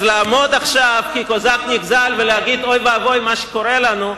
אז לעמוד עכשיו כקוזק נגזל ולהגיד: אוי ואבוי מה שקורה לנו,